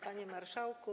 Panie Marszałku!